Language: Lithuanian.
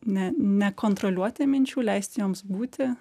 ne nekontroliuoti minčių leisti joms būti